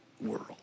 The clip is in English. world